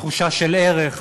תחושה של ערך,